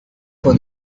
for